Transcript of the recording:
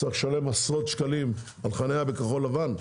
צריך לשלם עשרות שקלים על חניה בכחול לבן.